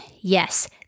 Yes